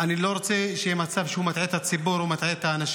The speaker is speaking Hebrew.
אני לא רוצה שיהיה מצב שהוא מטעה את הציבור או מטעה את האנשים.